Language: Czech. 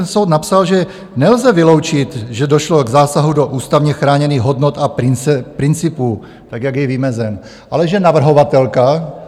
On tam ten soud napsal, že nelze vyloučit, že došlo k zásahu do ústavně chráněných hodnot a principů, tak jak je vymezen, ale že navrhovatelka...